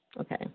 Okay